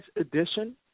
edition